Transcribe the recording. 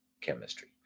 chemistry